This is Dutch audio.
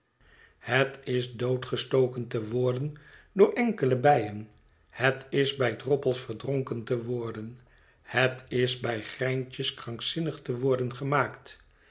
het is doodgestoken te worden door enkele bijen het is bij droppels verdronken te worden het is bij greintjes krankzinnig te worden gemaakt